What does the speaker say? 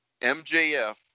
MJF